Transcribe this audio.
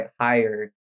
higher